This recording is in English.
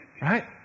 right